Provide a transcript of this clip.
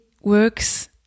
works